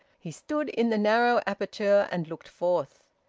he stood in the narrow aperture and looked forth.